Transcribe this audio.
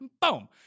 Boom